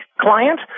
client